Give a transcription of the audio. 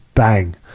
Bang